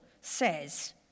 says